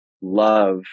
love